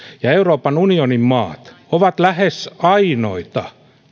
ja euroopan unionin maat ovat lähes ainoita